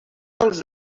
dels